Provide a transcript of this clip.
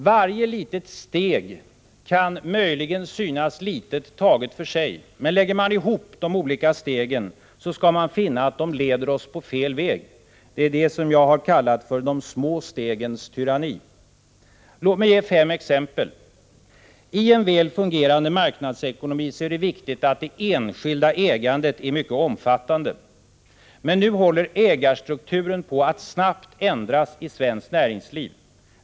Varje steg kan möjligen synaslitet, taget för sig, men lägger man ihop de olika stegen skall man finna att de leder oss på fel väg. Det är det som jag har kallat för de små stegens tyranni. Låt mig ge fem exempel. 1. I en väl fungerande marknadsekonomi är det viktigt att det enskilda ägandet är mycket omfattande. Men nu håller ägarstrukturen på att snabbt ändras i svenskt näringsliv.